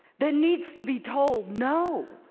that needs to be told no,